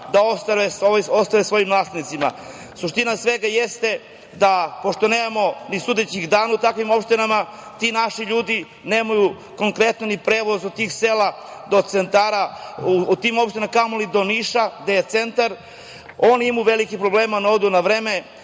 da ostave svojim naslednicima. Suština svega jeste da pošto nemamo ni sudećih dana u takvim opštinama ti naši ljudi nemaju konkretno ni prevoz od tih sela do centara u tim opštinama, a kamoli do Niša gde je centar. Oni imaju velike probleme. Ne odu na vreme,